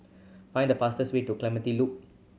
find the fastest way to Clementi Loop